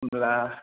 होनब्ला